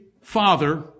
Father